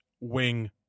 wing